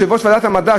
יושב-ראש ועדת המדע,